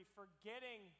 forgetting